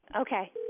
Okay